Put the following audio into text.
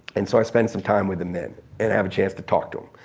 and so i spent some time with them then and have a chance to talk to em.